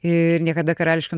ir niekada karališkam